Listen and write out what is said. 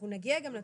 נגיע גם לתוספת,